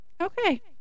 Okay